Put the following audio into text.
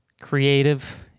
creative